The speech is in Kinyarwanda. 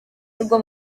nubwo